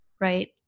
Right